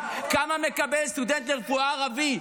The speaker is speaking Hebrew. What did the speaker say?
כמה מקבל סטודנט לרפואה ערבי?